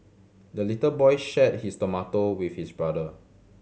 the little boy shared his tomato with his brother